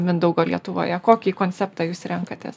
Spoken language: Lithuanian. mindaugo lietuvoje kokį konceptą jūs renkatės